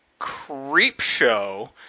Creepshow